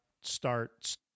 start